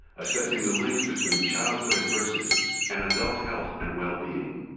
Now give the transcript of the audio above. assessing the links between childhood adversity and adult health and well-being.